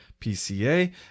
pca